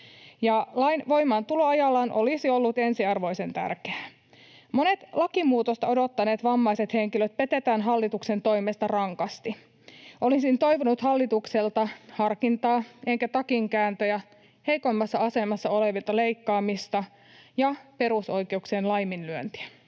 lain voimaantulo ajallaan olisi ollut ensiarvoisen tärkeää. Monet lakimuutosta odottaneet vammaiset henkilöt petetään hallituksen toimesta rankasti. Olisin toivonut hallitukselta harkintaa enkä takinkääntöjä, heikoimmassa asemassa olevilta leikkaamista ja perusoikeuksien laiminlyöntiä.